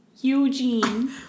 Eugene